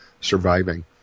surviving